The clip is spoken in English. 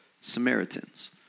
Samaritans